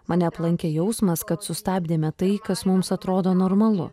mane aplankė jausmas kad sustabdėme tai kas mums atrodo normalu